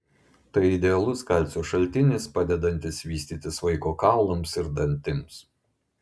tai idealus kalcio šaltinis padedantis vystytis vaiko kaulams ir dantims